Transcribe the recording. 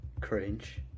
Cringe